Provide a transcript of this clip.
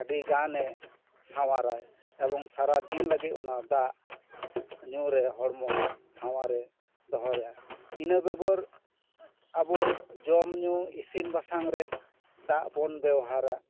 ᱟᱹᱰᱤ ᱜᱟᱱᱮ ᱥᱟᱶᱟᱨᱟᱭ ᱮᱵᱚᱝ ᱥᱟᱨᱟ ᱫᱤᱱ ᱞᱟᱹᱜᱤᱫ ᱚᱱᱟ ᱫᱟᱜ ᱧᱩ ᱨᱮ ᱦᱚᱲᱢᱚ ᱥᱟᱶᱟᱨᱮ ᱫᱚᱦᱚᱭᱟ ᱤᱱᱟᱹ ᱵᱮᱜᱚᱨ ᱟᱵᱚ ᱡᱚᱢᱼᱧᱩ ᱤᱥᱤᱱ ᱵᱟᱥᱟᱝ ᱨᱮ ᱫᱟᱜ ᱵᱚᱱ ᱵᱮᱣᱦᱟᱨᱟ